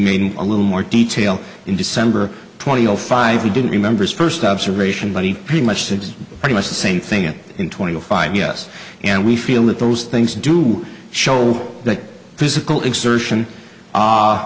made in a little more detail in december twenty five he didn't remember is first observation but he pretty much seems pretty much the same thing in twenty five yes and we feel that those things do show that physical exertion